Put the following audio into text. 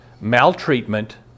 maltreatment